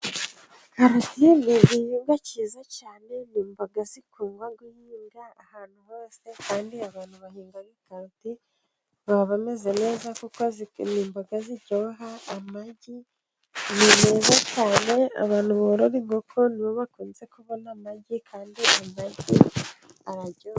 Karoti ni igihingwa cyiza cyane, ni imboga zikunda guhingwa ahantu hose kandi abantu bahinga karoti baba bameze neza, kuko ni imboga ziryoha. Amagi ni meza cyane abantu borora inkoko nibo bakunze kubona amagi kandi aba aryoshye.